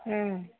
ಹ್ಞೂ